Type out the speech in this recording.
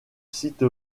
site